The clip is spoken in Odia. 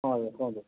ହଁ ଆଜ୍ଞା କୁହନ୍ତୁ